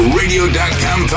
radio.com